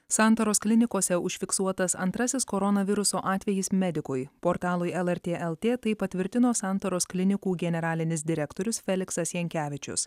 santaros klinikose užfiksuotas antrasis koronaviruso atvejis medikui portalui lrt lt tai patvirtino santaros klinikų generalinis direktorius feliksas jankevičius